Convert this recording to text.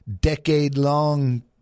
decade-long